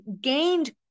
gained